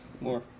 More